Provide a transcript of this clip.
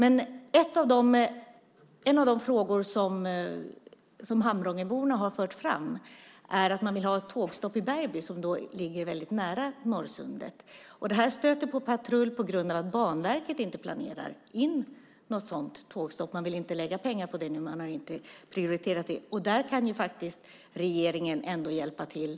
En av de frågor som Hamrångeborna har fört fram är att man vill ha ett tågstopp i Bergby, som ligger väldigt nära Norrsundet. Det stöter på patrull på grund av att Banverket inte planerar in något sådant tågstopp. De vill inte lägga pengar på det och har inte prioriterat det. Där kan ändå regeringen hjälpa till.